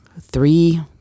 Three